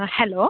hello